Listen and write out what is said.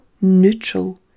neutral